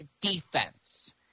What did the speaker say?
defense